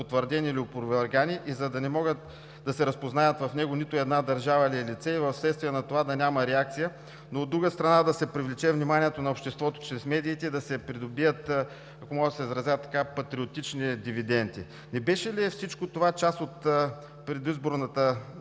потвърдени или опровергани и за да не могат да се разпознаят в него нито една държава или лице и вследствие на това да няма реакция, но, от друга страна, да се привлече вниманието на обществото чрез медиите и да се придобият, ако мога да се изразя така, патриотични дивиденти. Не беше ли всичко това част от предизборната